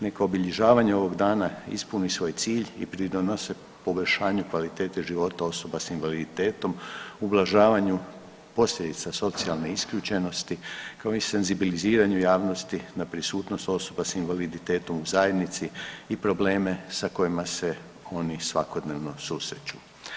Neka obilježavanje ovog dana ispuni svoj cilj i pridonese poboljšanju kvalitete života osoba s invaliditetom, ublažavanju posljedica socijalne isključenosti, kao i senzibiliziranju javnosti na prisutnost osoba s invaliditetom u zajednici i probleme sa kojima se oni svakodnevno susreću.